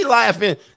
laughing